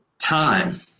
Time